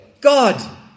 God